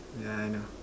yeah I know